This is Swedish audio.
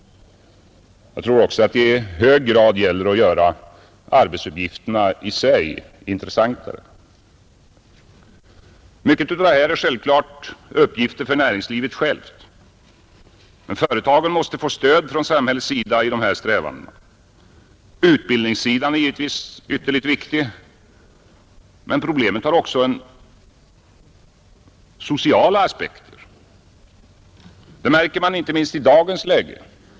Jag tror också att det i hög grad gäller att göra arbetsuppgifterna i sig mer intressanta. Mycket av detta är givetvis uppgifter för näringslivet självt, men företagen måste få stöd från samhällets sida i de här strävandena. Utbildningssidan är ytterligt viktig, men problemet har också sociala aspekter. Det märker man inte minst i dagens läge.